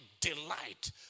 delight